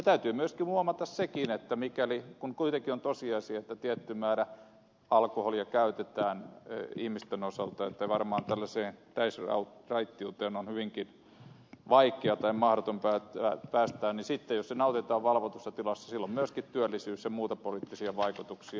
täytyy myöskin huomata se kun kuitenkin on tosiasia että tietty määrä alkoholia käytetään ihmisten osalta ja varmaan tällaiseen täysraittiuteen on hyvinkin vaikeata ja mahdoton päästä että kun alkoholi nautitaan valvotussa tilassa sillä on myöskin työllisyys ja muita poliittisia vaikutuksia